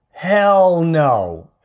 hell no.